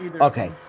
Okay